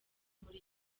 muri